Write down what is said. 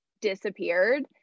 disappeared